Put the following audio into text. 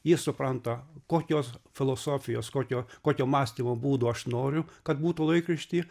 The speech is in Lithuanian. jie supranta kokios filosofijos kokio kokio mąstymo būdo aš noriu kad būtų laikrašty